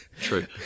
true